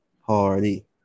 Hardy